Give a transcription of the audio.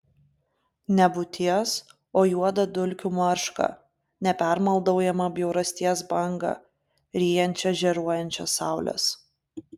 nebūties o juodą dulkių maršką nepermaldaujamą bjaurasties bangą ryjančią žėruojančias saules